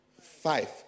Five